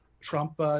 Trump